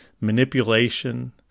manipulation